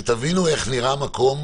שתבינו איך הדברים נראים.